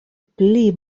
pli